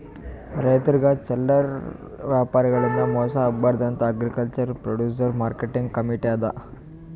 ರೈತರಿಗ್ ಚಲ್ಲರೆ ವ್ಯಾಪಾರಿಗಳಿಂದ್ ಮೋಸ ಆಗ್ಬಾರ್ದ್ ಅಂತಾ ಅಗ್ರಿಕಲ್ಚರ್ ಪ್ರೊಡ್ಯೂಸ್ ಮಾರ್ಕೆಟಿಂಗ್ ಕಮೀಟಿ ಅದಾ